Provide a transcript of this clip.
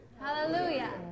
Hallelujah